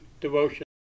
devotion